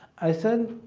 i said,